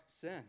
sin